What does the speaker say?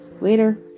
later